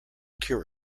cure